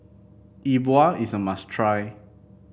Yi Bua is a must try